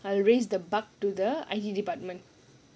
I will raise the bug to the I_T department